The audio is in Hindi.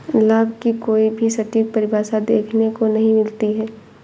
लाभ की कोई भी सटीक परिभाषा देखने को नहीं मिलती है